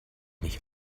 nicht